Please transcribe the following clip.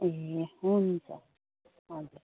ए हुन्छ हजुर